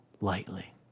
lightly